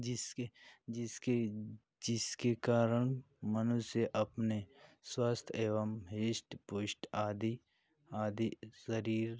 जिसके जिसके जिसके जिसके कारण मनुष्य अपने स्वस्थ एवं हृष्ट पुष्ट आदि आदि शरीर